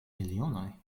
milionoj